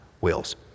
wills